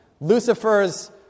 Lucifer's